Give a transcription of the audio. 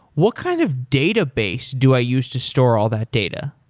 what kind of database do i use to store all that data?